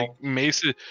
Mace